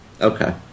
Okay